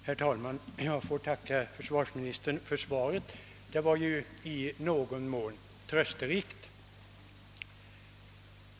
Herr talman! Jag får tacka försvarsministern för svaret, som ju var i någon mån trösterikt.